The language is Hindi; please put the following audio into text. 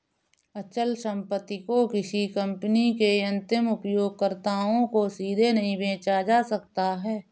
अचल संपत्ति को किसी कंपनी के अंतिम उपयोगकर्ताओं को सीधे नहीं बेचा जा सकता है